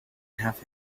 have